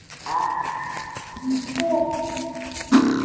ᱟᱨ ᱵᱩᱞᱩᱝ